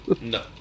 No